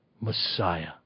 Messiah